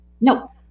No